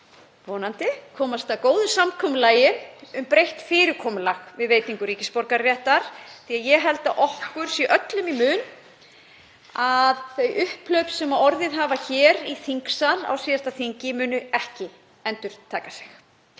vonandi komast að góðu samkomulagi um breytt fyrirkomulag við veitingu ríkisborgararéttar, því að ég held að okkur sé öllum í mun að þau upphlaup sem orðið hafa hér í þingsal á síðasta þingi muni ekki endurtaka sig.